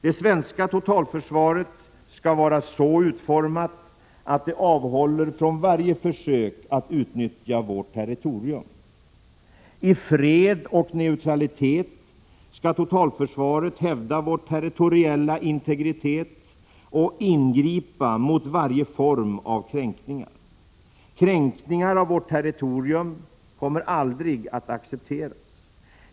Det svenska totalförsvaret skall vara så utformat att det avhåller från varje försök att utnyttja vårt territorium. I fred och neutralitet skall totalförsvaret hävda vår territoriella integritet och ingripa mot varje form av kränkning. Kränkningar av vårt territorium kommer aldrig att accepteras.